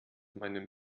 meinem